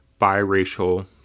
biracial